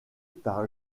par